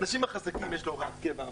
האנשים החזקים יש להם הוראת קבע,